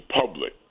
public